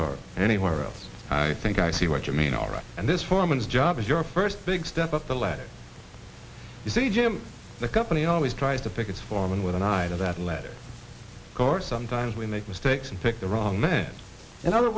or anywhere else i think i see what you mean all right and this form is job is your first big step up the ladder you see jim the company always tries to pick its foreman with an eye to that letter course sometimes we make mistakes and pick the wrong men in other